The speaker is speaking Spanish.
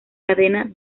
cadena